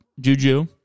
Juju